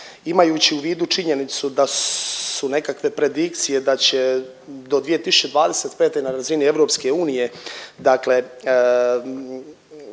Imajući u vidu činjenicu da su nekakve predikcije da će do 2025. na razini EU dakle